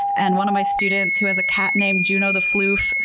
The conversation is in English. and one of my students who has a cat named juno the floof.